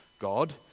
God